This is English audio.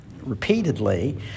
repeatedly